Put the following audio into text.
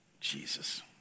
Jesus